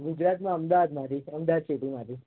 ગુજરાતમાં અમદાવાદમાંથી અમદાવાદ સિટીમાંથી